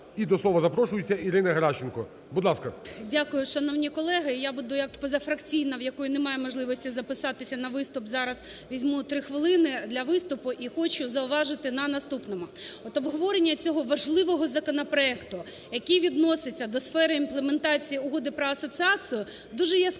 І до слова запрошується Ірина Геращенко, будь ласка. 16:52:07 ГЕРАЩЕНКО І.В. Дякую, шановні колеги. Я буду як позафракційна, у якої немає можливості записатись на виступ зараз, візьму 3 хвилини для виступу і хочу зауважити на наступному. Обговорення цього важливого законопроекту, який відноситься до сфери імплементації Угоди про асоціацію, дуже яскраво